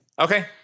Okay